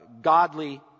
godly